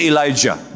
Elijah